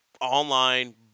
online